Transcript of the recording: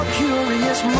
curious